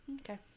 Okay